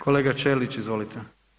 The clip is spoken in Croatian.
Kolega Ćelić, izvolite.